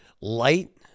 Light